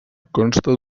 consta